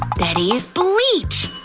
betty's bleach!